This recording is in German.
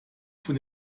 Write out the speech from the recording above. von